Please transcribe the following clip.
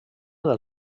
del